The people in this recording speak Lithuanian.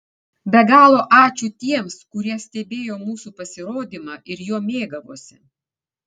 be galo ačiū tiems kurie stebėjo mūsų pasirodymą ir juo mėgavosi